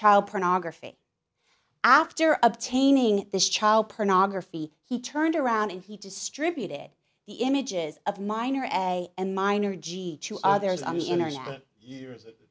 child pornography after obtaining this child pornography he turned around and he distributed the images of minor and minor g to others on the internet use it